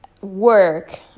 work